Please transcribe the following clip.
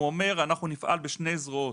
הוא אומר שאנחנו נפעל בשתי זרועות.